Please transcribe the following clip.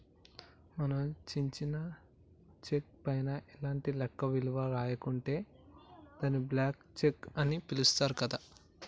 మనం చించిన చెక్కు పైన ఎలాంటి లెక్క విలువ రాయకుంటే దాన్ని బ్లాంక్ చెక్కు అని పిలుత్తారు గదా